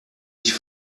ich